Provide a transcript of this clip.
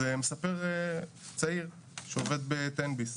מספר צעיר שעובד בתן ביס,